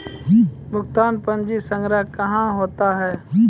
भुगतान पंजी संग्रह कहां होता हैं?